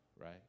right